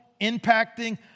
impacting